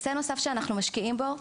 נושא נוסף שאנחנו משקיעים בו: